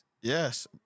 Yes